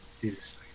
Jesus